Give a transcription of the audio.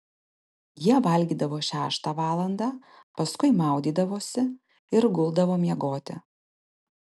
jie valgydavo šeštą valandą paskui maudydavosi ir guldavo miegoti